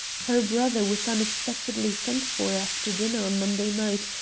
her brother was unexpectedly sent for after dinner on monday night,